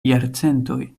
jarcentoj